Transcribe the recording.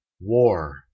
War